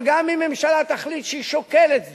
אבל גם אם הממשלה תחליט שהיא שוקלת זאת,